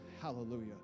hallelujah